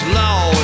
law